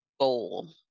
goal